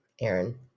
Aaron